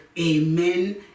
Amen